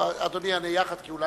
אדוני יענה גם לחבר